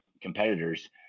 competitors